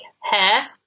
hair